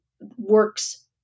works